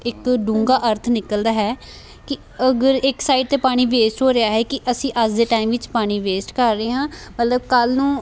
ਇੱਕ ਡੂੰਘਾ ਅਰਥ ਨਿਕਲਦਾ ਹੈ ਕਿ ਅਗਰ ਇੱਕ ਸਾਈਡ 'ਤੇ ਪਾਣੀ ਵੇਸਟ ਹੋ ਰਿਹਾ ਹੈ ਕਿ ਅਸੀਂ ਅੱਜ ਦੇ ਟਾਈਮ ਵਿੱਚ ਪਾਣੀ ਵੇਸਟ ਕਰ ਰਹੇ ਹਾਂ ਮਤਲਬ ਕੱਲ੍ਹ ਨੂੰ